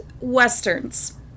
westerns